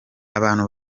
abantu